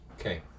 Okay